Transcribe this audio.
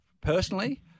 personally